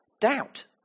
doubt